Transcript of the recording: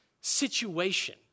situation